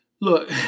look